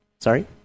Sorry